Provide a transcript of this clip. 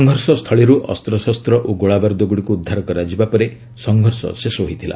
ସଂଘଷି ସ୍ଥଳୀରୁ ଅସ୍ତ୍ରଶସ୍ତ ଓ ଗୋଳାବାରୁଦ ଗୁଡ଼ିକୁ ଉଦ୍ଧାର କରାଯିବା ପରେ ସଂଘର୍ଷ ଶେଷ ହୋଇଥିଲା